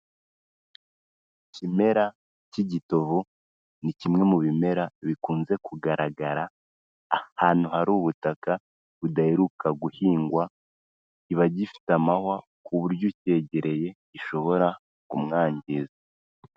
Ikimera cy'igitovu, ni kimwe mu bimera bikunze kugaragara ahantu hari ubutaka budaheruka guhingwa, kiba gifite amahwa ku buryo ucyegereye gishobora kumwangiza.